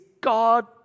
God